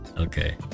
Okay